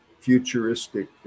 futuristic